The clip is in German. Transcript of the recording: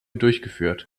durchgeführt